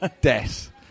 death